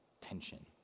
tension